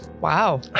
Wow